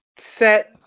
Set